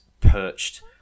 perched